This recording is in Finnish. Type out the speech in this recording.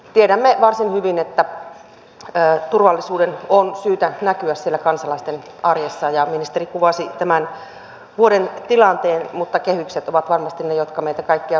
tiedämme varsin hyvin että turvallisuuden on syytä näkyä siellä kansalaisten arjessa ja ministeri kuvasi tämän vuoden tilanteen mutta kehykset ovat varmasti ne jotka meitä kaikkia huolestuttavat